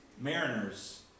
mariners